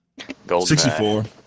64